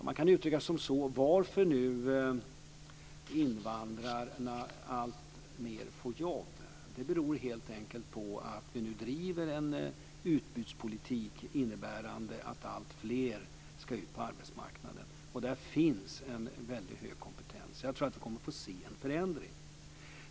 Man kan uttrycka det som så att anledningen till att invandrarna nu alltmer får jobb helt enkelt är att vi nu driver en utbudspolitik innebärande att alltfler ska ut på arbetsmarknaden. Och det finns en mycket hög kompetens. Jag tror att vi kommer att få se en förändring.